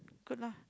good lah